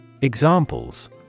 Examples